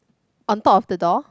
on top of the door